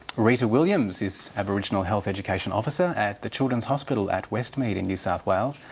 rita williams is aboriginal health education officer at the children's hospital at westmead in new south wales,